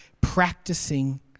practicing